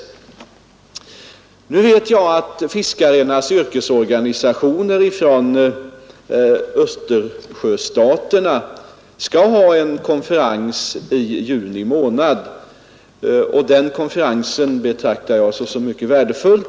Jag vet att fiskarenas yrkesorganisationer i Östersjöstaterna skall hålla en konferens i juni månad, och den betraktar jag som mycket betydelsefull.